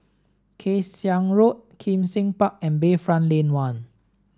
Kay Siang Road Kim Seng Park and Bayfront Lane One